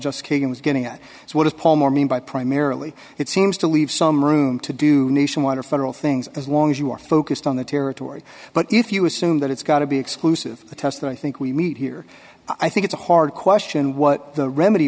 just kagan is getting at is what is paul more mean by primarily it seems to leave some room to do nationwide or federal things as long as you are focused on the territory but if you assume that it's got to be exclusive the test that i think we need here i think it's a hard question what the remedy